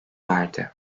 verdi